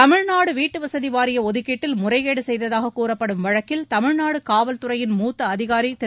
தமிழ்நாடு வீட்டுவசதி வாரிய ஒதுக்கீட்டில் முறைகேடு செய்ததாக கூறப்படும் வழக்கில் தமிழ்நாடு காவல்துறையின் மூத்த அதிகாரி திரு